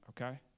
okay